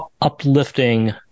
uplifting